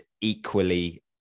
equally